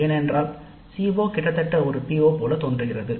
ஏனென்றால் CO கிட்டத்தட்ட ஒரு PO போல் தெரிகிறது